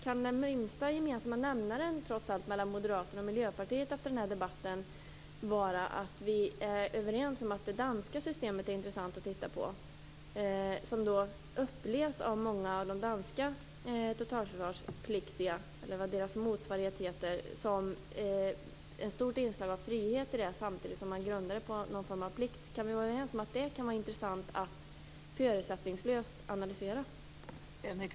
Kan den minsta gemensamma nämnaren för Moderaterna och Miljöpartiet efter den här debatten vara att vi är överens om att det danska systemet är intressant att titta på? Många av de danska totalförsvarspliktiga, eller vad deras motsvarighet heter, upplever att det har ett stort inslag av frihet samtidigt som det grundas på en form av plikt. Kan vi vara överens om att det kan vara intressant att förutsättningslöst analysera det?